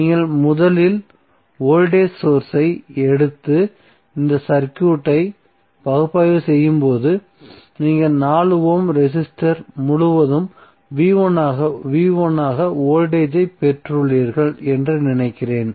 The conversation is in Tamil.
நீங்கள் முதலில் வோல்டேஜ் சோர்ஸ் ஐ எடுத்து இந்த சர்க்யூட்டை பகுப்பாய்வு செய்யும் போது நீங்கள் 4 ஓம் ரெசிஸ்டர் முழுவதும் ஆக வோல்டேஜ் ஐப் பெற்றுள்ளீர்கள் என்று நினைக்கிறேன்